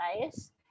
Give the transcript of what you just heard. nice